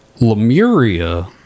Lemuria